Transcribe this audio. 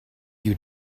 you